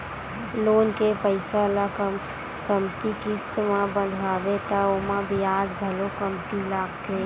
loan के पइसा ल कमती किस्त बंधवाबे त ओमा बियाज घलो कमती लागथे